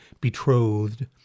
betrothed